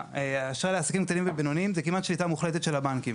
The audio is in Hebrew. באשראי לעסקים קטנים ובינוניים זה כמעט שליטה מוחלטת של הבנקים.